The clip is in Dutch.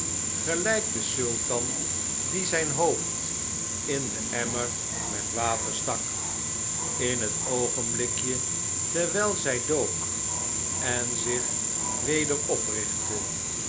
geln'k de sultan die zijn hoofd in den emmer met water stak in het oogenblikje terwijl zij dook en zich